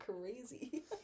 crazy